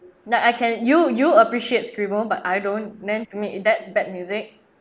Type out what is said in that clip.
like I can you you appreciate scribble but I don't then to me that's bad music